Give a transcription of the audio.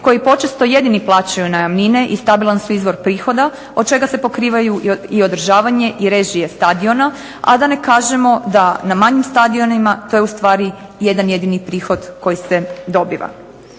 koji počesto jedini plaćaju najamnine i stabilan su izvor prihoda, od čega se pokrivaju i održavanje i režije stadiona, a da ne kažemo da na manjim stadionima to je ustvari jedan jedini prihod koji se dobiva.